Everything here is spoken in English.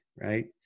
right